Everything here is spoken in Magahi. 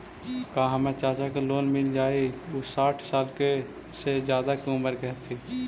का हमर चाचा के लोन मिल जाई अगर उ साठ साल से ज्यादा के उमर के हथी?